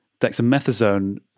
dexamethasone